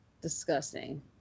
Disgusting